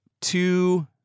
two